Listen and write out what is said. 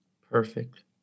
Perfect